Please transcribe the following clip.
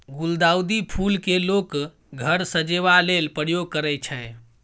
गुलदाउदी फुल केँ लोक घर सजेबा लेल प्रयोग करय छै